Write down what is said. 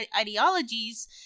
ideologies